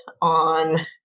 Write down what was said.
on